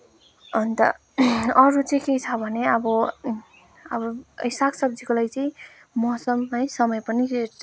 अन्त अरू चाहिँ के छ भने अब अब सागसब्जीको लागि चाहिँ मौसम है समय पनि